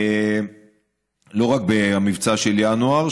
לא רק במבצע של ינואר,